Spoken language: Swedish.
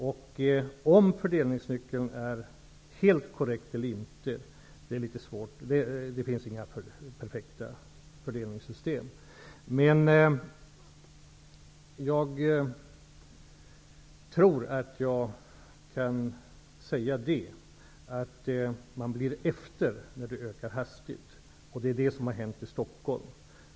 Om fördelningsnyckeln är helt korrekt eller inte är svårt att säga, för det finns inga perfekta fördelningssystem. Men jag tror att jag kan säga att man blir efter när arbetslösheten ökar hastigt. Det är vad som har hänt i Stockholm.